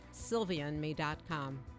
sylviaandme.com